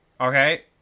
Okay